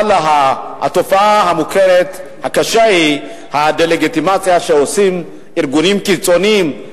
אבל התופעה המוכרת הקשה היא הדה-לגיטימציה שעושים ארגונים קיצוניים,